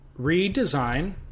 redesign